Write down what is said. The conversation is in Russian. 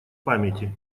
памяти